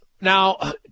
Now